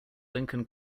lincoln